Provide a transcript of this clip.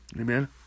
Amen